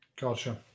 Gotcha